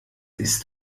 isst